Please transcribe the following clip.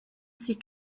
sie